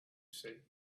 say